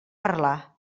parlar